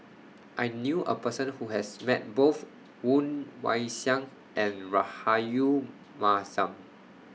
I knew A Person Who has Met Both Woon Wah Siang and Rahayu Mahzam